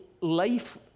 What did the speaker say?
life